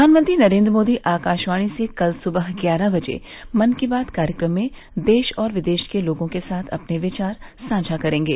प्रधानमंत्री नरेन्द्र मोदी आकाशवाणी से कल सुबह ग्यारह बजे मन की बात कार्यक्रम में देश और विदेश के लोगों के साथ अपने विचार साझा करेंगे